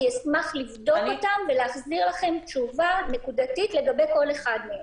אני אשמח לבדוק אותם ולהחזיר לכם תשובה נקודתית לגבי כל אחד מהם.